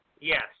Yes